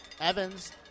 Evans